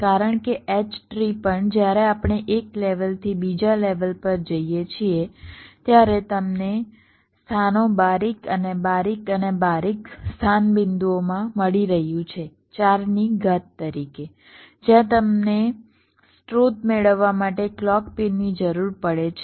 કારણ કે H tree પણ જ્યારે આપણે એક લેવલથી બીજા લેવલ પર જઈએ છીએ ત્યારે તમને સ્થાનો બારિક અને બારિક અને બારિક સ્થાન બિંદુઓમાં મળી રહ્યું છે 4 ની ઘાત તરીકે જ્યાં તમને સ્રોત મેળવવા માટે ક્લૉક પિન ની જરૂર પડે છે